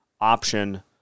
option